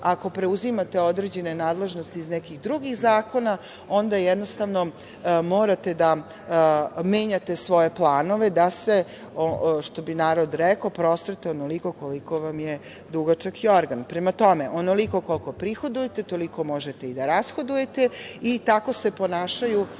ako preuzimate određene nadležnosti iz nekih drugih zakona, onda jednostavno morate da menjate svoje planove da se, što bi narod rekao, prostrete onoliko koliko vam je dugačak jorgan. Prema tome, onoliko koliko prihodujete, toliko možete i da rashodujete i tako se ponašaju